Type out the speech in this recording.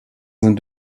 sind